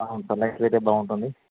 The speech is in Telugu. అవును సార్ లైట్వెయిట్ బాగుంటుంది